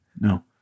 no